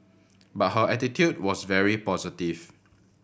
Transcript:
but her attitude was very positive